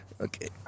Okay